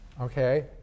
Okay